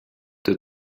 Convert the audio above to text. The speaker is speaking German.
der